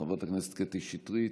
חברת הכנסת קטי שטרית,